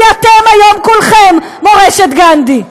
כי אתם היום כולכם מורשת גנדי.